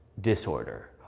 Disorder